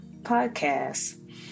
podcast